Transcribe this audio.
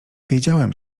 wiedziałem